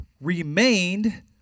remained